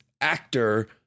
actor